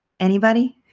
anybody,